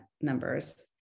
numbers